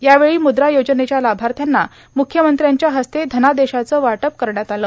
या वेळी मुद्रा योजनेच्या लाभाथ्यांना मुख्यमंत्र्यांच्या हस्ते धनादेशाचं वाटप करण्यात आलं